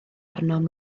arnom